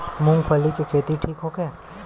मूँगफली के खेती ठीक होखे?